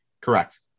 Correct